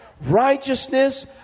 righteousness